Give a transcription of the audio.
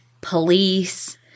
police